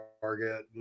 target